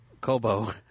Kobo